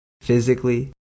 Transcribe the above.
physically